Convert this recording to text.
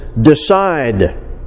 decide